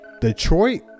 Detroit